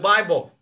Bible